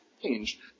change